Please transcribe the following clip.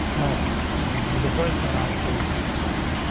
notice the first one obviously has the class.